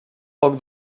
poc